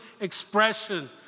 expression